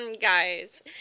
Guys